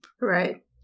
Right